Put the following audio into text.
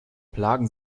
plagen